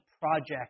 project